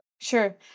Sure